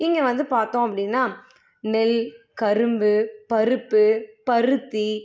இங்கே வந்து பார்த்தோம் அப்படின்னா நெல் கரும்பு பருப்பு பருத்தி